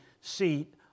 seat